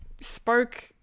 spoke